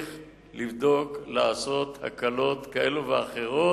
שצריך לבדוק, לעשות הקלות כאלו ואחרות,